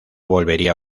volvería